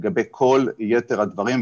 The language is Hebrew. לגבי כל יתר הדברים,